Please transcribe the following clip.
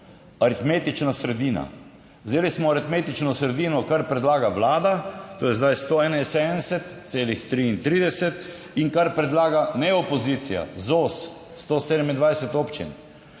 aritmetična sredina. Vzeli smo aritmetično sredino, kar predlaga vlada, to je zdaj 171,33 in kar predlaga ne opozicija, ZOS, 127 občin,